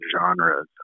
genres